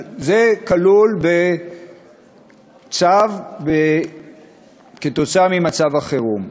זה כלול בצו עקב מצב חירום,